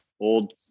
old